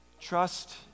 Trust